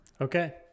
Okay